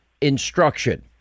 instruction